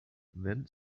then